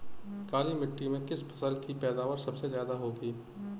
काली मिट्टी में किस फसल की पैदावार सबसे ज्यादा होगी?